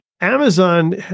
Amazon